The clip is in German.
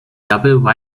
double